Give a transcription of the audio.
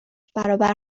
برابر